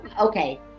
Okay